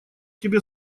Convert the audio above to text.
тебе